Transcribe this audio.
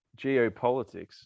geopolitics